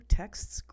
texts